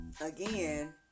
again